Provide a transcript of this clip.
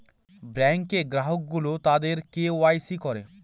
ব্যাঙ্কে গ্রাহক গুলো তাদের কে ওয়াই সি করে